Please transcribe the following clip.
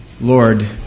Lord